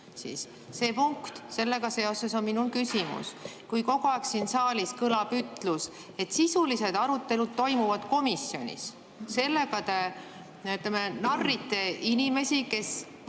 päevakorrapunktiga seoses on mul küsimus. Kogu aeg siin saalis kõlab ütlus, et sisulised arutelud toimuvad komisjonis. Sellega te narrite inimesi, kes